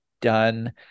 done